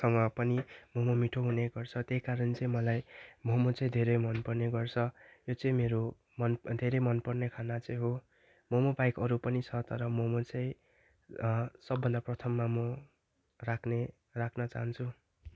सँग पनि मोमो मिठो हुने गर्छ त्यही कारण चाहिँ मलाई मोमो चाहिँ धेरै मन पर्ने गर्छ यो चाहिँ मेरो मन धेरै मन पर्ने खाना चाहिँ हो मोमो बाहेक अरू पनि छ तर मोमो चाहिँ सबभन्दा प्रथममा मो राख्ने राख्न चाहन्छु